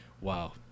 wow